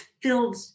filled